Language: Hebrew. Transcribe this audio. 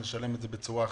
ונשלם על זה בדרך אחרת.